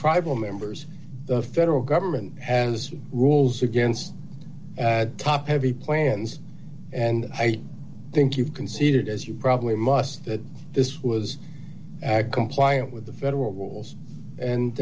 tribal members the federal government has rules against top heavy plans and i think you've conceded as you probably must that this was compliant with the federal rules